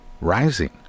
rising